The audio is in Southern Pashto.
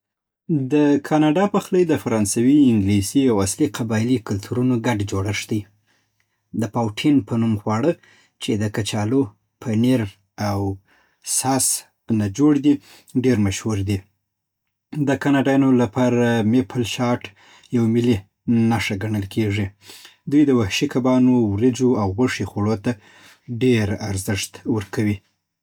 د کاناډا پخلی د فرانسوي، انګلیسي او اصلي قبایلي کلتورونو ګډ جوړښت لري. د پاوټین په نوم خواړه، چې د کچالو، پنیر او ساس نه جوړ دی، ډېر مشهور دی. د کاناډایانو لپاره میپل شات یو ملي نښه ګڼل کېږي. دوی د وحشي کبانو، وریجو او غوښې خوړو ته ډېر ارزښت ورکوي